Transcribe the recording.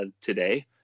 today